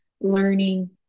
learning